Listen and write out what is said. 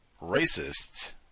racists